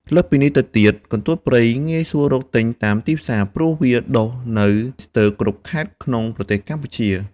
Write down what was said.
លើសពីនេះទៅទៀត កន្ទួតព្រៃងាយស្រួលរកទិញតាមទីផ្សារ ព្រោះវាដុះនៅស្ទើរគ្រប់ខេត្តក្នុងប្រទេសកម្ពុជា